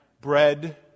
Bread